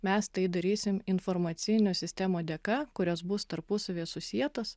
mes tai darysim informacinių sistemų dėka kurios bus tarpusavyje susietos